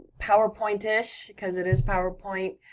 powerpoint-ish, cause it is powerpoint,